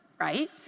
right